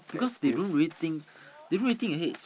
because they don't really think the don't really think ahead